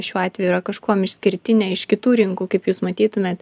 šiuo atveju yra kažkuom išskirtinė iš kitų rinkų kaip jūs matytumėt